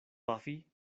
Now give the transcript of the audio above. pafi